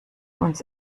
uns